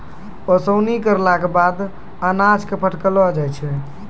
ओसौनी करला केरो बाद अनाज क फटकलो जाय छै